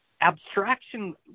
abstraction